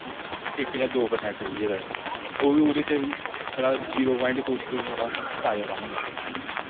इक्क जां दौ परसेंट रेही गेदा ऐ ओह्बी ओह्दे ताहीं जीरो प्वाइंट छड़ा छड़ा ताज़ा पानी ऐ